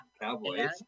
Cowboys